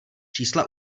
čísla